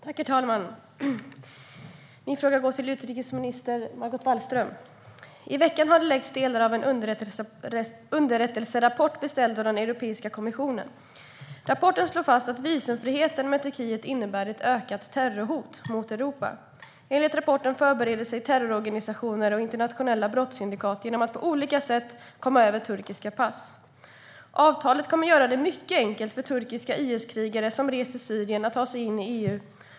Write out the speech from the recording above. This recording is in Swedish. Herr talman! Min fråga går till utrikesminister Margot Wallström. I veckan har det läckts delar av en underrättelserapport beställd av Europeiska kommissionen. Rapporten slår fast att visumfriheten för Turkiet innebär ett ökat terrorhot mot Europa. Enligt rapporten förbereder sig terrororganisationer och internationella brottssyndikat genom att på olika sätt komma över turkiska pass. Avtalet med Turkiet kommer att göra det mycket enkelt för turkiska IS-krigare som rest till Syrien att ta sig in i EU.